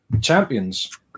Champions